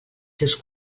seus